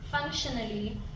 functionally